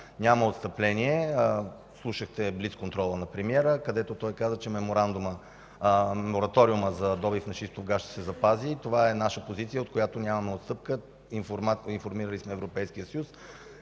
няма отстъпление. Слушахте блицконтрола на премиера, където той каза, че мораториумът за добив на шистов газ ще се запази. Това е наша позиция, от която нямаме отстъпка. Информирали сме Европейския съюз